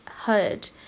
heard